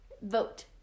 vote